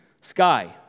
Sky